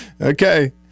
Okay